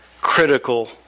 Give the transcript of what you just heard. critical